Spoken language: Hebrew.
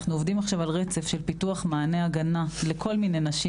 אנחנו עובדים עכשיו על רצף של פיתוח מענה הגנה לכל מיני נשים,